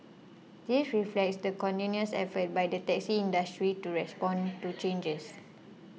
this reflects the continuous efforts by the taxi industry to respond to changes